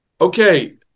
okay